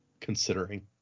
Considering